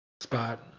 spot